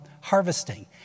harvesting